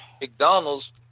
McDonald's